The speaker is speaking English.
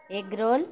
egg roll